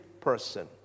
person